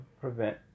prevent